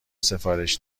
سفارش